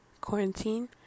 quarantine